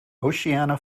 oceania